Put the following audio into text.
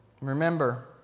Remember